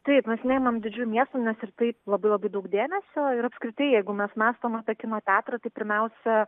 taip mes neimam didžiųjų miestų nes ir taip labai labai daug dėmesio ir apskritai jeigu mes mąstome apie kino teatrą tai pirmiausia